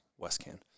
Westcan